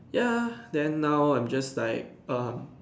ya then now I'm just like um